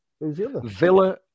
Villa